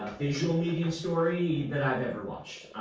visual medium story that i've ever watched.